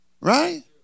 Right